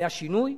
היה שינוי,